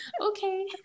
Okay